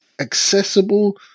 accessible